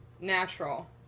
natural